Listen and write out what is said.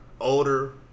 older